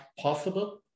possible